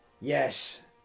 yes